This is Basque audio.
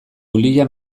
eulia